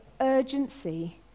urgency